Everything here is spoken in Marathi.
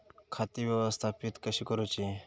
खाती व्यवस्थापित कशी करूची?